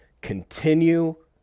continue